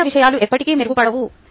సరైన విషయాలు ఎప్పటికీ మెరుగుపడవు